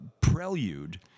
prelude